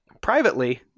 Privately